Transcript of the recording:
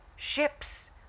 Ships